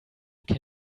can